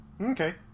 Okay